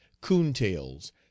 coon-tails